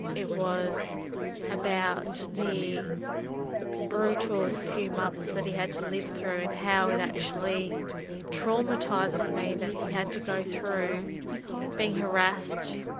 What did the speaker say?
it was about the brutal few months that he had to live through and how it actually traumatises me that he had to go through being harassed,